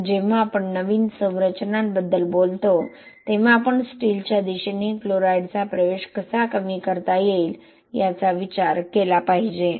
म्हणून जेव्हा आपण नवीन संरचनांबद्दल बोलतो तेव्हा आपण स्टीलच्या दिशेने क्लोराईडचा प्रवेश कसा कमी करता येईल याचा विचार केला पाहिजे